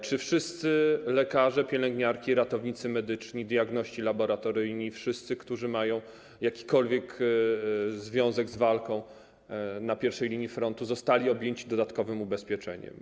Czy wszyscy lekarze, pielęgniarki, ratownicy medyczni, diagności laboratoryjni i wszyscy, którzy mają jakikolwiek związek z walką na pierwszej linii frontu, zostali objęci dodatkowym ubezpieczeniem?